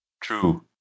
true